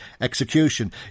execution